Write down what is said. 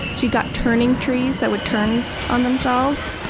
she got turning trees that would turn on themselves.